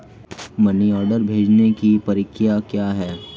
Money order भेजने की प्रक्रिया क्या है?